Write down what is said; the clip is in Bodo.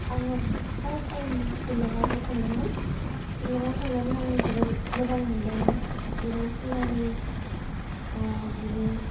आङो फार्स्ट टाइम शिलङावहाय थांदोंमोन शिलङाव थांनानै आं जोबोद मोजां मोन्दों बेनि सिनारि बेनि